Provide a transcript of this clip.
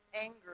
anger